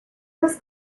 was